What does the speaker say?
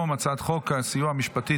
אני קובע כי הצעת החוק העסקת עובדים